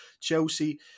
Chelsea